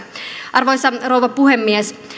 arvoisa rouva puhemies